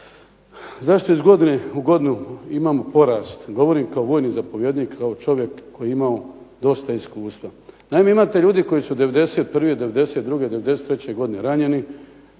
zašto iz godine u godinu imamo porast govorim kao vojni zapovjednik, kao čovjek koji je imao dosta iskustva. Naime, imate ljudi koji su '91., '92., '93. godine ranjeni.